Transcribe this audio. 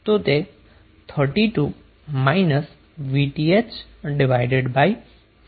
તો તે 32 Vth4 જેટલો હોવો જોઈએ